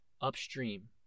upstream